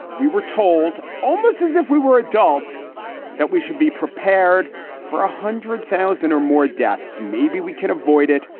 we were told almost as if we were adults that we should be prepared for a hundred thousand or more deaths. maybe we can avoid it,